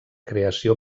creació